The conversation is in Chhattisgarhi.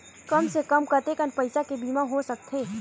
कम से कम कतेकन पईसा के बीमा हो सकथे?